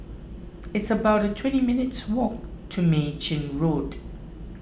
it's about twenty minutes' walk to Mei Chin Road